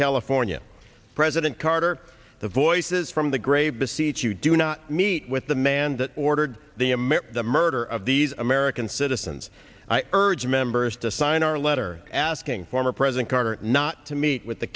california president carter the voices from the grave besieged you do not meet with the man that ordered the amir the murder of these american citizens i urge members to sign our letter asking former president carter not to meet with the